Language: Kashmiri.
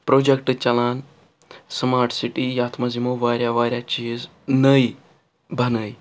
پرٛوجیکٹہٕ چَلان سُمارٹ سِٹی یَتھ منٛز یِمو واریاہ واریاہ چیٖز نٔے بَنٲو